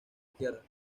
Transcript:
izquierda